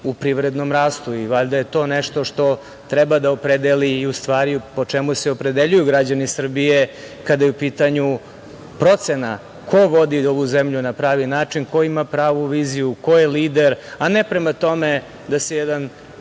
u privrednom rastu. Valjda je to nešto što treba da opredeli, u stvari, po čemu se opredeljuju građani Srbije kada je u pitanju procena ko vodi ovu zemlju na pravi način, ko ima pravu viziju, ko je lider, a ne prema tome da se jedan